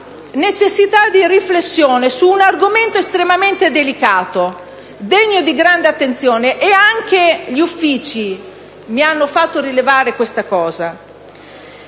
necessità di riflettere su un argomento estremamente delicato, degno di grande attenzione. Ed anche gli uffici competenti mi hanno fatto rilevare questo